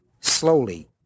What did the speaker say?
slowly